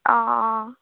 অঁ অঁ